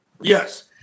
yes